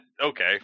Okay